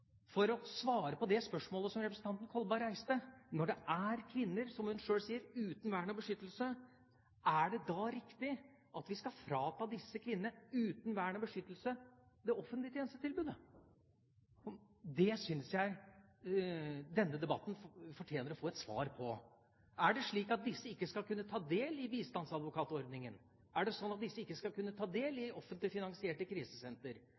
for å svare på det spørsmålet som representanten Kolberg reiste. Når det er kvinner, som hun sjøl sier er «uten vern og beskyttelse», er det da riktig at vi skal frata disse kvinnene uten vern og beskyttelse det offentlige tjenestetilbudet? Det syns jeg denne debatten fortjener å få et svar på. Er det slik at disse ikke skal kunne ta del i bistandsadvokatordningen? Er det slik at disse ikke skal kunne ta del